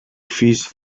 fish